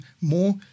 more